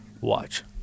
Watch